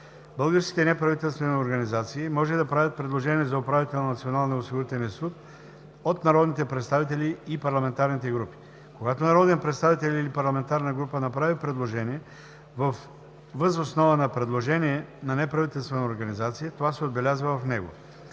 Българските неправителствени организации могат да правят предложения за управител на Националния осигурителен институт до народните представители и парламентарните групи. Когато народен представител или парламентарна група направи предложение въз основа на предложение на неправителствена организация, това се отбелязва в него.